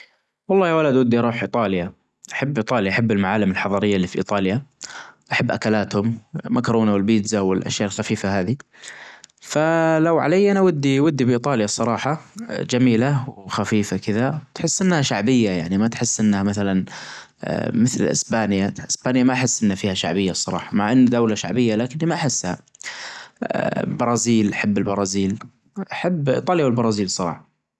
والله يا ولد ودى اروح ايطاليا، أحب ايطاليا أحب المعالم الحضارية اللى ف ايطاليا، أحب أكلاتهم المكرونه والبيتزا والأشياء الخفيفة هذى، ف لو عليا أنا ودى-ودى بإيطاليا الصراحة چميلة وخفيفة كدا تحس إنها شعبية يعنى ما تحس إنها مثلا مثل إسبانيا، إسبانيا ما أحس إن فيها شعبية الصراحة مع إن دولة شعبية لكنى ما أحسها، برازيل أحب البرازيل، أحب إيطاليا والبرازيل الصراحة.